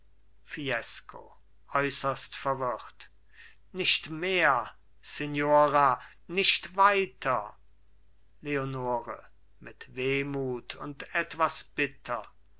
fiesco äußerst verwirrt nicht mehr signora nicht weiter leonore mit wehmut und etwas bitter